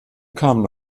kamen